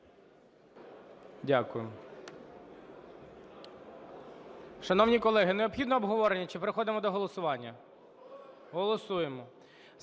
Дякую.